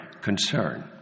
concern